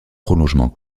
prolongement